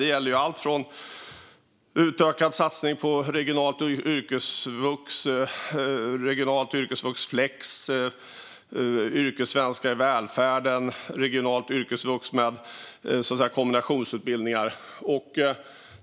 Det gäller alltifrån den utökade satsningen på regionalt yrkesvux och regionalt yrkesvux flex till yrkessvenska i välfärden och regionalt yrkesvux med kombinationsutbildningar.